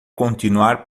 continuar